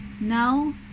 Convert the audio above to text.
Now